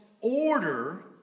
order